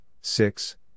six